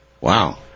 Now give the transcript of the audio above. Wow